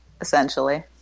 Essentially